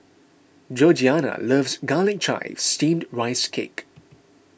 Georgeanna loves Garlic Chives Steamed Rice Cake